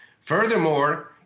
Furthermore